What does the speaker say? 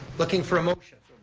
looking for a motion.